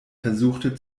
versuchte